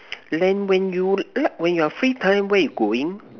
when when you lu~ when you're free time where are you going